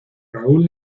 raúl